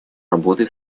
работы